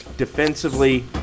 defensively